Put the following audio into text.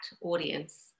audience